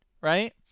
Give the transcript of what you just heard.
Right